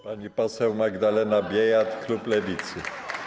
Pani poseł Magdalena Biejat, klub Lewicy.